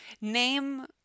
name